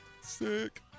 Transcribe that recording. Sick